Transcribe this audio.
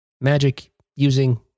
magic-using